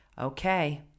Okay